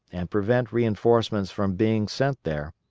and prevent reinforcements from being sent there,